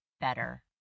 better